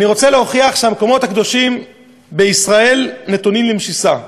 אני רוצה להוכיח שהמקומות הקדושים בישראל נתונים למשיסה.